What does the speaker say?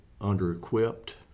under-equipped